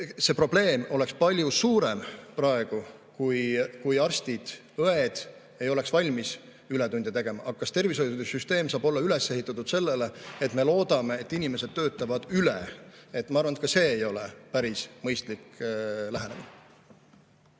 see probleem oleks palju suurem praegu, kui arstid ja õed ei oleks valmis ületunde tegema. Aga kas tervishoiusüsteem saab olla üles ehitatud sellele, et me loodame, et inimesed töötavad üle? Ma arvan, et ka see ei ole päris mõistlik lähenemine.